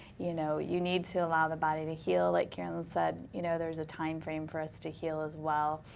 you know you need to allow the body to heal like carolyn said. you know, there's a timeframe for us to heal as well.